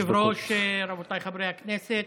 כבוד היושב-ראש, רבותיי חברי הכנסת,